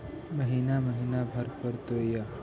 महिना महिना भरे परतैय?